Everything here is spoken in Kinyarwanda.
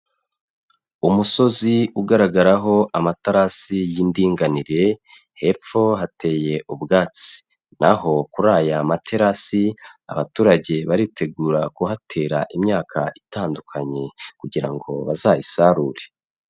Umusozi ugaragaraho amatarasi y'indinganire hepfo hateye ubwatsi, naho kuri aya materasi abaturage baritegura kuhatera imyaka itandukanye kugira ngo bazayisarure.